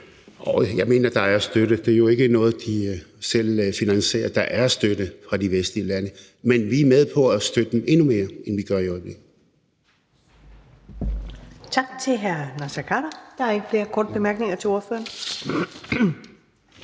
jeg mener, der er støtte. Det er jo ikke noget, de selv finansierer – der er støtte fra de vestlige lande. Men vi er med på at støtte dem endnu mere, end vi gør i øjeblikket. Kl. 23:39 Første næstformand (Karen Ellemann): Tak til hr. Naser Khader. Der er ikke flere korte bemærkninger til ordføreren.